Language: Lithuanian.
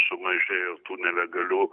sumažėjo tų nelegalių